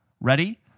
Ready